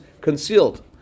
concealed